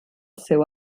seu